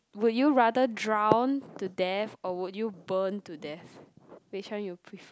would you rather drown to death or would you burn to death which one you prefer